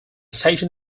station